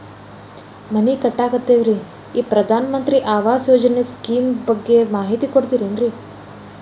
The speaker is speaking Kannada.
ಮನಿ ಕಟ್ಟಕತೇವಿ ರಿ ಈ ಪ್ರಧಾನ ಮಂತ್ರಿ ಆವಾಸ್ ಯೋಜನೆ ಸ್ಕೇಮ್ ಬಗ್ಗೆ ಮಾಹಿತಿ ಕೊಡ್ತೇರೆನ್ರಿ?